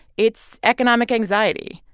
it's economic anxiety.